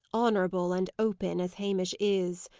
honourable and open as hamish is!